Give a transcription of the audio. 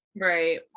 Right